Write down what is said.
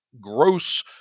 gross